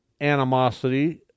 animosity